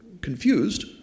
confused